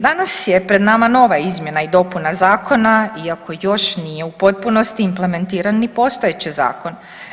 Danas je pred nama nova izmjena i dopuna zakona iako još nije u potpunosti implementiran ni postojeći zakon.